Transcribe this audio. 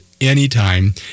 anytime